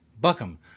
buckham